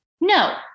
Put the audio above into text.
no